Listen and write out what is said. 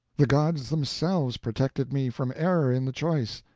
the gods themselves protected me from error in the choice.